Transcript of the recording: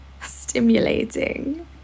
stimulating